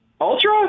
Ultra